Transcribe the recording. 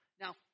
now